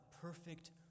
perfect